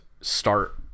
start